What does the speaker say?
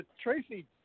Tracy